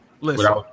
Listen